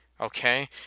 Okay